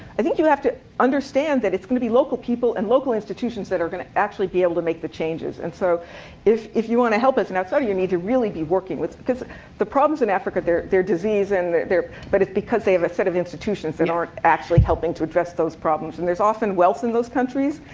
i think you have to understand that it's going to be local people and local institutions that are going to actually be able to make the changes. and so if if you want to help as an outsider, you need to really be working with because the problems in africa, they're they're disease and they're but it's because they have a set of institutions that aren't actually helping to address those problems. and there's often wealth in those countries.